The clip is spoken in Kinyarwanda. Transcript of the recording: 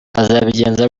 azabigenza